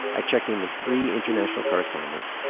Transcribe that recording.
i checked in with three international correspondents,